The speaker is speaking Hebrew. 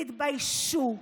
תתביישו.